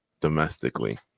domestically